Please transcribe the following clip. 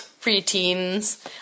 pre-teens